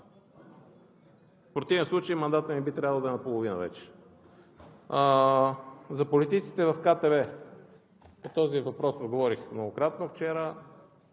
В противен случай мандатът ми би трябвало да е наполовина вече. За политиците в КТБ. По този въпрос отговорих многократно вчера.